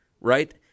right